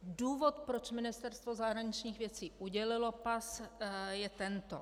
Důvod, proč Ministerstvo zahraničních věcí udělilo pas, je tento.